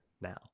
now